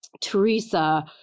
Teresa